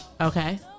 Okay